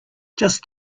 just